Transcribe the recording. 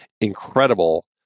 incredible